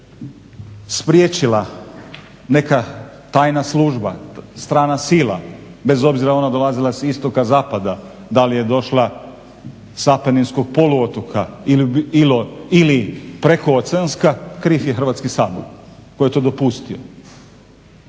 je li spriječila neka tajna služba, strana sila, bez obzira ona dolazila s istoka, zapada, da li je došla s Apeninskog poluotoka ili prekooceanska, kriv je Hrvatski sabor koji je to dopustio.